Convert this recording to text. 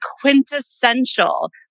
quintessential